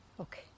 Okay